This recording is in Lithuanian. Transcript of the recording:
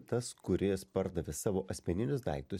tas kuris pardavė savo asmeninius daiktus